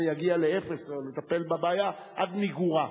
יגיע לאפס או לטפל בבעיה עד מיגורה.